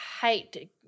hate